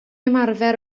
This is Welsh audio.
ymarfer